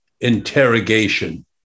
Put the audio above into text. interrogation